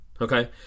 okay